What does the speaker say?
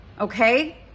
Okay